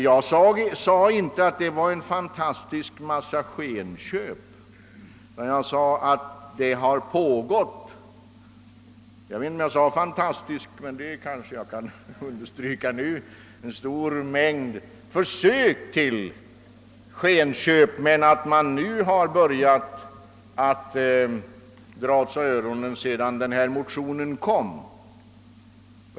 Jag sade inte att det har förekommit en fantastisk massa skenköp — om jag använde ordet fantastisk kanske jag kan stryka det nu — utan jag sade att det har pågått en stor mängd försök till skenköp, men att man har börjat dra åt sig öronen sedan denna motion väckts.